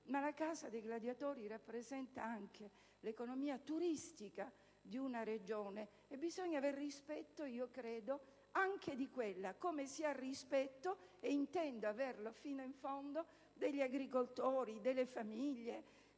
La Casa dei gladiatori rappresenta anche l'economia turistica di una Regione e bisogna aver rispetto, credo, anche di quella, come si ha rispetto ‑ e intendo averlo fino in fondo ‑ degli agricoltori, delle aziende,